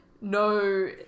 No